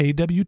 AWT